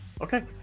Okay